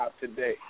today